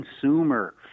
consumer